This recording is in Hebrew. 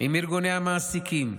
עם ארגוני המעסיקים,